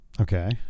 Okay